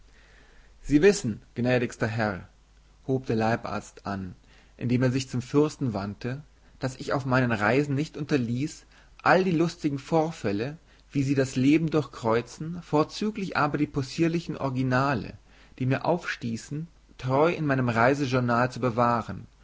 sie wissen gnädigster herr hob der leibarzt an indem er sich zum fürsten wandte daß ich auf meinen reisen nicht unterließ all die lustigen vorfälle wie sie das leben durchkreuzen vorzüglich aber die possierlichen originale die mir aufstießen treu in meinem reisejournal zu bewahren